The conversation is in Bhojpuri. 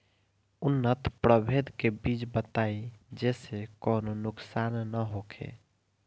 उन्नत प्रभेद के बीज बताई जेसे कौनो नुकसान न होखे?